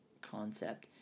concept